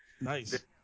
nice